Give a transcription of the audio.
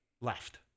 Left